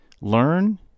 Learn